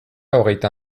hogeita